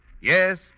Yes